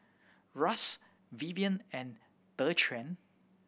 Ras Vivien and Dequan